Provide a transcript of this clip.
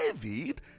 David